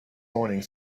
morning